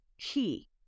key